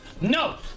No